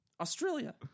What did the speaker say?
Australia